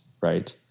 right